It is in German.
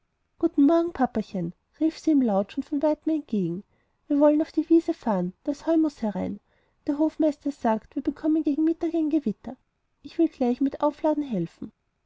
guten morgen papachen rief sie ihm laut schon von weitem entgegen wir wollen auf die wiese fahren das heu muß herein der hofmeister sagt wir bekommen gegen mittag ein gewitter ich will gleich mit aufladen helfen